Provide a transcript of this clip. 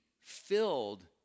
filled